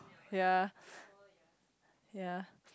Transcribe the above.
ya ya